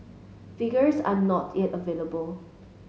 figures are not yet available